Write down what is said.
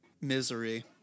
misery